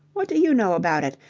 what do you know about it?